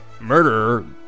murderer